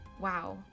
wow